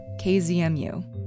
KZMU